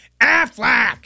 Affleck